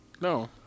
No